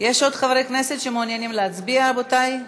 יש עוד חברי כנסת שמעוניינים להצביע, רבותי?